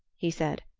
he said.